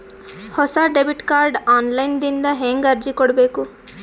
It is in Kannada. ಹೊಸ ಡೆಬಿಟ ಕಾರ್ಡ್ ಆನ್ ಲೈನ್ ದಿಂದ ಹೇಂಗ ಅರ್ಜಿ ಕೊಡಬೇಕು?